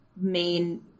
main